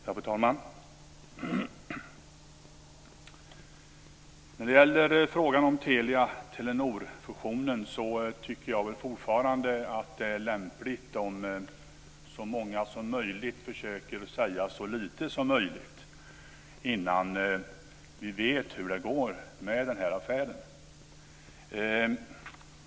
Fru talman! När det gäller frågan om Telia-Telenor-fusionen tycker jag fortfarande att det är lämpligt om så många som möjligt försöker säga så lite som möjligt innan vi vet hur det går med denna affär.